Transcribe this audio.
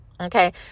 Okay